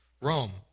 Rome